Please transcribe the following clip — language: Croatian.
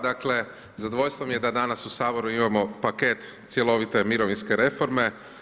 Dakle zadovoljstvo mi je da danas u Saboru imamo paket cjelovite mirovinske reforme.